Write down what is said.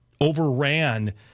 overran